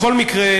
בכל מקרה,